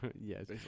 Yes